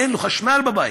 אין לו חשמל בבית,